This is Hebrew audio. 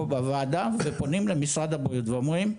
בוועדה ופונים למשרד הבריאות ואומרים-